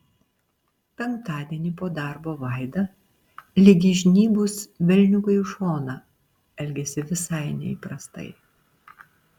penktadienį po darbo vaida lyg įžnybus velniukui į šoną elgėsi visai neįprastai